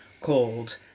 called